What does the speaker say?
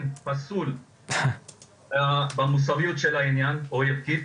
פסול במוסריות של העניין או ערכית.